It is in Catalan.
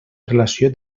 relació